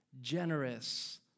generous